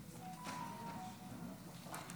הר מלך, בבקשה.